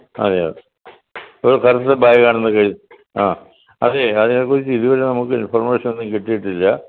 അതെയോ ഒരു കറുത്ത ബാഗ് ആണെന്നൊക്കെ എഴ് ആ അതേ അതിനെ കുറിച്ച് ഇതുവരെ നമുക്ക് ഇൻഫോർമേഷൻ ഒന്നും കിട്ടിയിട്ടില്ല